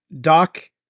Doc